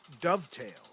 dovetail